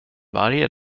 varje